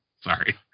Sorry